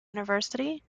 university